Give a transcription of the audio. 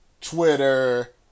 Twitter